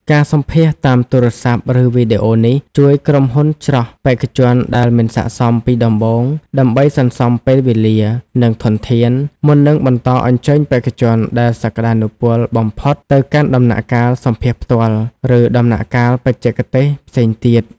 ការសម្ភាសន៍តាមទូរស័ព្ទឬវីដេអូនេះ ជួយក្រុមហ៊ុនច្រោះបេក្ខជនដែលមិនស័ក្តិសមពីដំបូង ដើម្បីសន្សំពេលវេលា និងធនធាន មុននឹងបន្តអញ្ជើញបេក្ខជនដែលសក្តានុពលបំផុតទៅកាន់ដំណាក់កាលសម្ភាសន៍ផ្ទាល់ ឬដំណាក់កាលបច្ចេកទេសផ្សេងទៀត។